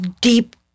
deep